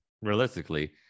realistically